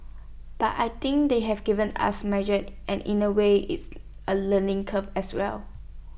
but I think they've given us measures and in A way it's A learning curve as well